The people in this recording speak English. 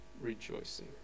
rejoicing